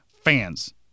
Fans